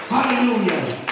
Hallelujah